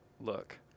look